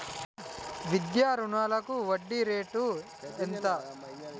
విద్యా రుణాలకు వడ్డీ రేటు ఎంత?